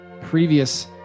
previous